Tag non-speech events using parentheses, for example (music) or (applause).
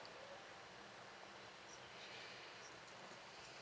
(breath)